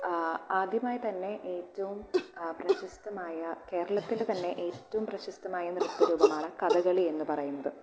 ആദ്യമായി തന്നെ ഏറ്റവും പ്രശസ്തമായ കേരളത്തിൻ്റെ തന്നെ ഏറ്റവും പ്രശസ്തമായ നൃത്ത രൂപമാണ് കഥകളി എന്ന് പറയുന്നത്